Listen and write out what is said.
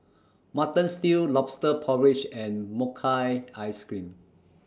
Mutton Stew Lobster Porridge and Mochi Ice Cream